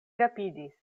rapidis